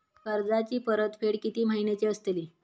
कर्जाची परतफेड कीती महिन्याची असतली?